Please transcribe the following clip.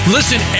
Listen